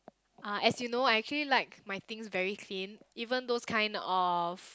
uh as you know I actually like my things very clean even those kind of